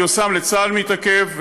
גיוסם לצה"ל מתעכב,